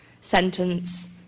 sentence